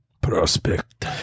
prospect